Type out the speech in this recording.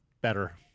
better